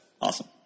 Awesome